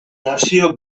nazio